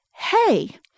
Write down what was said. hey